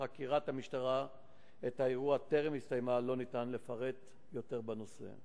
שחקירת המשטרה את האירוע טרם הסתיימה לא ניתן לפרט יותר בנושא.